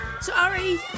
Sorry